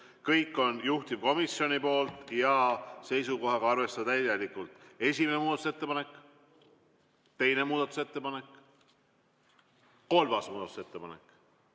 Kõik on juhtivkomisjonilt ja seisukohaga "arvestada täielikult": esimene muudatusettepanek, teine muudatusettepanek, kolmas muudatusettepanek.